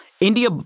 India